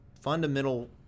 fundamental